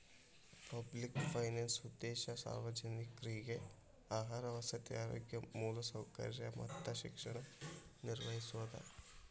public finance ಉದ್ದೇಶ ಸಾರ್ವಜನಿಕ್ರಿಗೆ ಆಹಾರ ವಸತಿ ಆರೋಗ್ಯ ಮೂಲಸೌಕರ್ಯ ಮತ್ತ ಶಿಕ್ಷಣ ನಿರ್ವಹಿಸೋದ